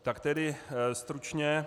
Tak tedy stručně.